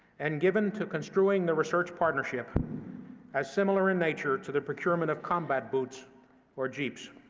and given to construing the research partnership as similar in nature to the procurement of combat boots or jeeps.